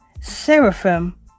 Seraphim